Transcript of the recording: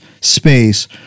space